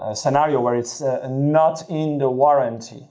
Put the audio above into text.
ah scenario where it's not in the warranty